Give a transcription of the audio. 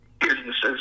businesses